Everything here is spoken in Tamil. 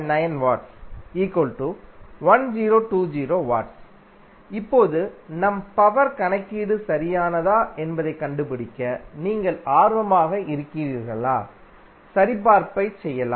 9W 1020W இப்போது நம் பவர் கணக்கீடு சரியானதா என்பதைக் கண்டுபிடிக்க நீங்கள் ஆர்வமாக இருக்கிறீர்களா சரிபார்ப்பைச் செய்யலாம்